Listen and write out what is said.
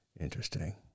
Interesting